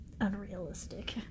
unrealistic